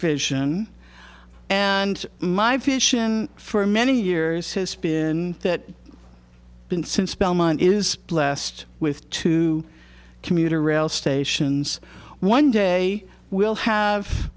fish in and my vision for many years has been that been since belmont is blessed with two commuter rail stations one day we'll have